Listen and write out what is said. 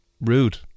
rude